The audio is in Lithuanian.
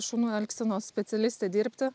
šunų elgsenos specialistė dirbti